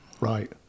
right